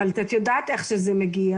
אבל את יודעת איך שזה מגיע,